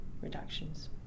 reductions